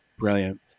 brilliant